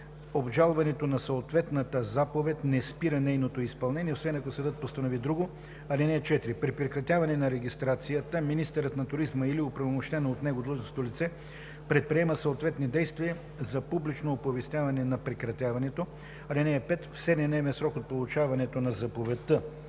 Обжалването на съответната заповед не спира нейното изпълнение, освен ако съдът постанови друго. (4) При прекратяване на регистрацията министърът на туризма или оправомощено от него длъжностно лице предприема съответни действия за публично оповестяване на прекратяването. (5) В 7-дневен срок от получаването на заповедта